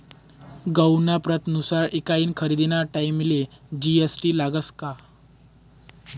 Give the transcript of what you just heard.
गहूना प्रतनुसार ईकानी खरेदीना टाईमले जी.एस.टी लागस का?